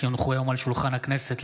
כי הונחו היום על שולחן הכנסת,